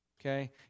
Okay